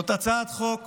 זאת הצעת חוק